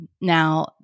now